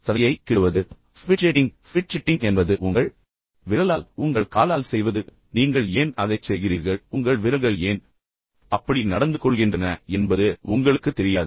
சதையை கிள்ளுவது fidgeting fidgeting என்பது உங்கள் விரலால் அல்லது உங்கள் காலால் செய்வது எனவே நீங்கள் எதையாவது செய்கிறீர்கள் நீங்கள் ஏன் அதைச் செய்கிறீர்கள் உங்கள் விரல்கள் ஏன் அப்படி நடந்துகொள்கின்றன என்பது உங்களுக்குத் தெரியாது